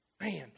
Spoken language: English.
Man